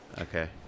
Okay